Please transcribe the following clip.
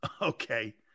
Okay